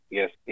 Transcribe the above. yes